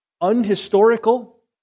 unhistorical